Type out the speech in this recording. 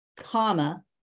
comma